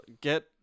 get